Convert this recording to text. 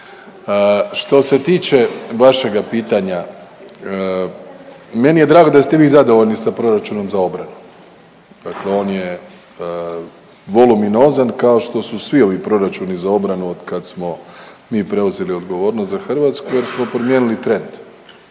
Što se tiče vašega pitanja meni je drago da ste vi zadovoljni sa proračunom za obranu. Dakle, on je voluminozan kao što su svi ovi proračuni za obranu od kad smo mi preuzeli odgovornost za Hrvatsku jer smo promijenili trend.